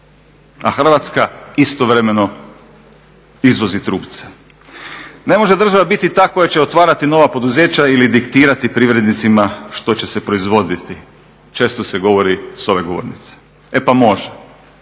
A Hrvatska istovremeno izvozi trupce. Ne može država biti ta koja će otvarati nova poduzeća ili diktirati privrednicima što će se proizvoditi. Često se to govori s ove govornice. E pa može!